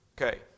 Okay